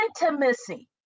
intimacy